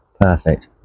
perfect